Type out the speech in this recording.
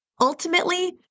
Ultimately